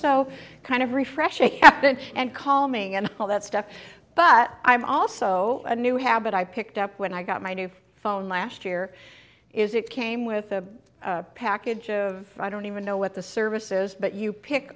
so kind of refreshing and calming and all that stuff but i'm also a new habit i picked up when i got my new phone last year is it came with the package of i don't even know what the services but you pick